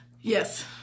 Yes